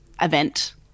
event